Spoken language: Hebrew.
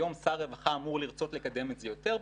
היום שר הרווחה אמור לרצות לקדם את זה יותר,